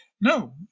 No